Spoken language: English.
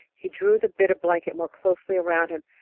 he drew the bit of blanket more closely around him,